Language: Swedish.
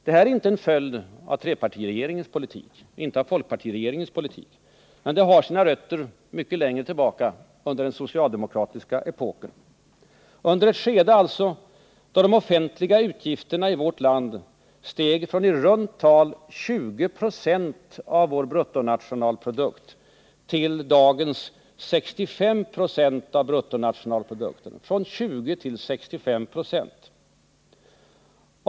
Det här är inte en följd av trepartiregeringens politik och inte av folkpartiregeringens politik, utan det har sina rötter mycket längre tillbaka under den socialdemokratiska epoken, alltså under ett skede då de offentliga utgifterna i vårt land steg från i runt tal 20 96 av vår bruttonationalprodukt till dagens 65 96.